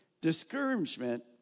discouragement